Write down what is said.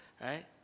Right